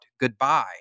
Goodbye